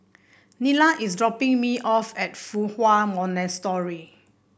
Nila is dropping me off at Fa Hua Monastery